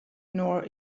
nor